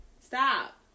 Stop